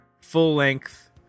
full-length